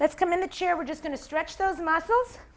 that's come in the chair we're just going to stretch those muscles